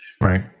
Right